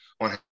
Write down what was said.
on